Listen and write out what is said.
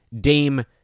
dame